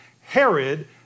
Herod